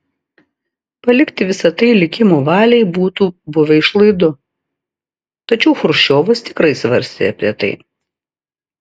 palikti visa tai likimo valiai būtų buvę išlaidu tačiau chruščiovas tikrai svarstė apie tai